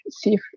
see